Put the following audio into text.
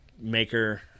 maker